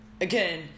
Again